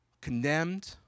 condemned